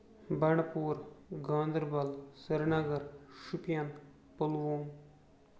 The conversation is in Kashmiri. بنڈپوٗر گاندربل سری نگر شُوپین پُلووم